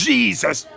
Jesus